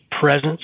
presence